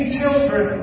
children